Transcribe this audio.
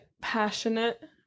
passionate